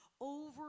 over